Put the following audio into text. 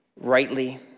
rightly